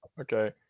okay